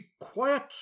quiet